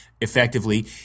effectively